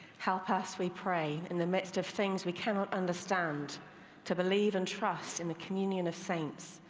how fast we pray in the midst of things we cannot understand to believe and trust in the communion of saints,